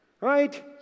Right